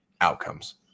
outcomes